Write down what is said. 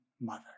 mother